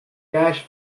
cash